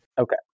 okay